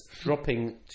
dropping